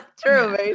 True